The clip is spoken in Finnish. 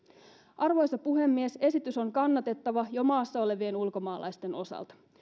arvoisa puhemies esitys on kannatettava jo maassa olevien ulkomaalaisten osalta